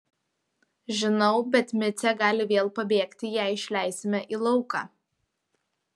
žinau bet micė gali vėl pabėgti jei išleisime į lauką